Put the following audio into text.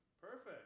perfect